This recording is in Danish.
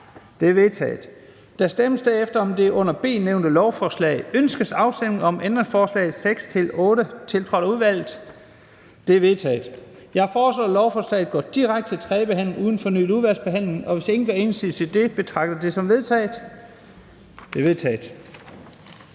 De er vedtaget. Der stemmes dernæst under det under B nævnte lovforslag: Ønskes afstemning om ændringsforslag nr. 5, tiltrådt af udvalget? Det er vedtaget. Jeg foreslår, at lovforslagene går direkte til tredje behandling uden fornyet udvalgsbehandling, og hvis ingen gør indsigelse mod dette, betragter jeg det som vedtaget. Det er vedtaget.